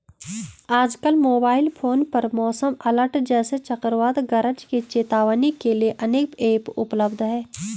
आजकल mobile phone पर मौसम अलर्ट जैसे चक्रवात गरज की चेतावनी के लिए अनेक ऐप उपलब्ध है